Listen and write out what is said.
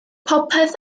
popeth